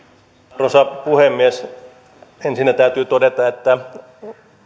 arvoisa puhemies ensinnä täytyy todeta että